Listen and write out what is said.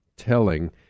telling